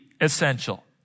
essential